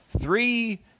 three